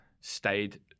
stayed